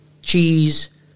Cheese